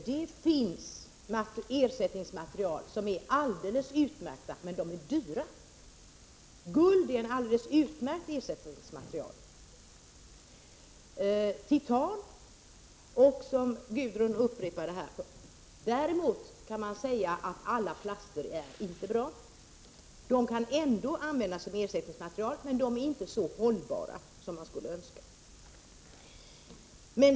Herr talman! Det finns ersättningsmaterial som är alldeles utmärkta, men de är dyra. Guld är ett alldeles utmärkt ersättningsmaterial. Vi har titan och övriga material som Gudrun Schyman räknade upp. Däremot kan man säga att alla plaster inte är bra. De kan ändå användas som ersättningsmaterial, men de är inte så hållbara som man skulle önska.